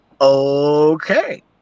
Okay